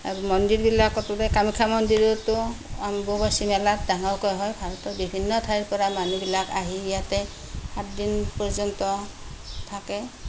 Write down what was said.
আৰু মন্দিৰবিলাকতো কামাখ্যা মন্দিৰতো অম্বুবাচী মেলা ডাঙৰকৈ হয় ভালকৈ বিভিন্ন ঠাইৰ পৰা মানুহবিলাক আহি ইয়াতে সাতদিন পৰ্য্য়ন্ত থাকে